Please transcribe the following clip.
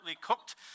cooked